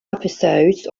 episodes